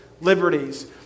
liberties